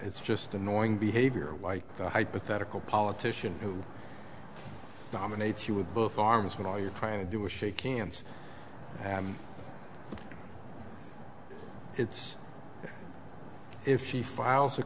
it's just annoying behavior like the hypothetical politician who dominates you with both arms when all you're trying to do is shake hands and it's if she files a